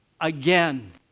again